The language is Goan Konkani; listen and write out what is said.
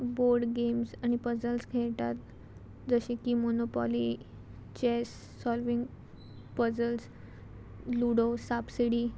बोर्ड गेम्स आनी पजल्स खेळटात जशें की Monopoly chess solving puzzles ludo सापसिडी